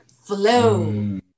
Flow